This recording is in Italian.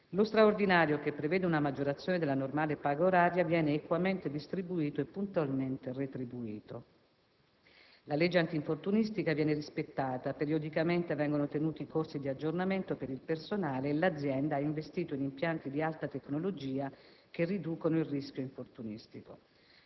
Lo straordinario, che prevede una maggiorazione della normale paga oraria, viene equamente distribuito e puntualmente retribuito. La legge antinfortunistica viene rispettata, periodicamente vengono tenuti corsi di aggiornamento per il personale e l'azienda ha investito in impianti di alta tecnologia che riducono il rischio infortunistico.